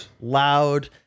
loud